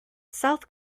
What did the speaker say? south